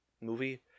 movie